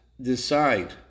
decide